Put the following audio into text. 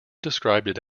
described